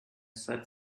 said